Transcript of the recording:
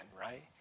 right